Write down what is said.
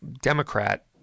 Democrat